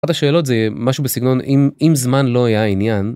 אחת השאלות זה משהו בסגנון אם אם זמן לא היה עניין.